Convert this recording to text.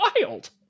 wild